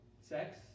sex